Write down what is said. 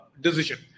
decision